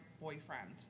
boyfriend